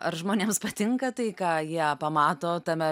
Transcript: ar žmonėms patinka tai ką jie pamato tame